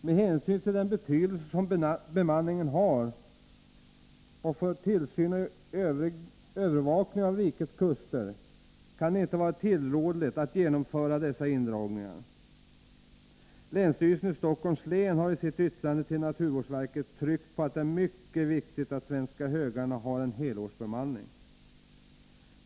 Med hänsyn till den betydelse bemanningen har för tillsyn och övervakning av rikets kuster kan det inte vara tillrådligt att genomföra dessa indragningar. Länsstyrelsen i Stockholms län har i sitt yttrande till naturvårdsverket tryckt på att det är mycket viktigt att Svenska Högarna har en helårsbemanning.